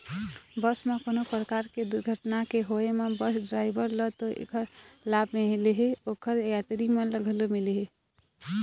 बस म कोनो परकार के दुरघटना के होय म बस डराइवर ल तो ऐखर लाभ मिलही, ओखर यातरी मन ल घलो मिलही